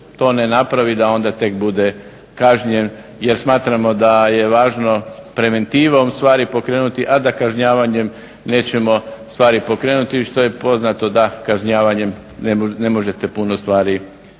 to ne napravi da onda tek bude kažnjen jer smatramo da je važno preventivom stvari pokrenuti, a da kažnjavanjem nećemo stvari pokrenuti što je poznato da kažnjavanjem ne možete puno stvari pomaknuti.